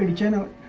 and general